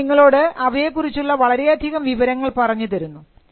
അവ നിങ്ങളോട് അവയെക്കുറിച്ചുള്ള വളരെയധികം വിവരങ്ങൾ പറഞ്ഞു തരുന്നു